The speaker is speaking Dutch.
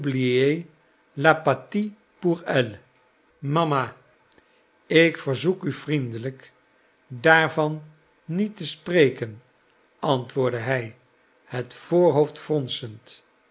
mama ik verzoek u vriendelijk daarvan niet te spreken antwoordde hij het voorhoofd fronsend